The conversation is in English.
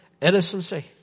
innocency